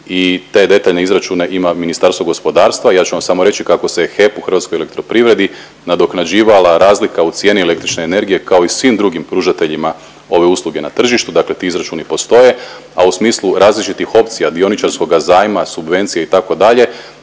i te detaljne izračune ima Ministarstvo gospodarstva. Ja ću vam samo reći kako se HEP-u u Hrvatskoj elektroprivredi nadoknađivala razlika u cijeni električne energije kao i svim drugim pružateljima ove usluge na tržištu, dakle ti izračuni postoje. A u smislu različitih opcija dioničarskoga zajma, subvencije itd. prije